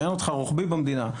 מעניין אותך רוחבי במדינה.